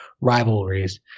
rivalries